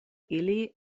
ili